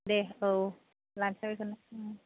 दे औ लानसां बेखौनो